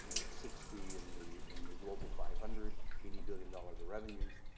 know, it's sixty in the in the global five hundred. eighty billion dollars of revenues.